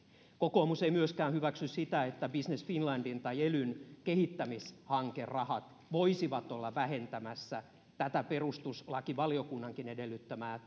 kokoomus ei myöskään hyväksy sitä että business finlandin tai elyn kehittämishankerahat voisivat olla vähentämässä tätä perustuslakivaliokunnankin edellyttämää